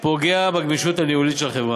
פוגע בגמישות הניהולית של החברה,